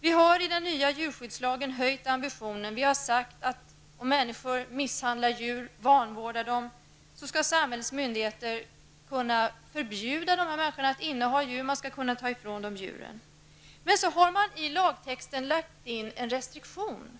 Vi har i den nya djurskyddslagen höjt ambitionen och sagt, att om människor misshandlar djur, vanvårdar dem, skall myndigheterna kunna förbjuda vederbörande att ha djur. Man skall kunna ta ifrån dem djuren. Men man har i lagtexten lagt in en restriktion.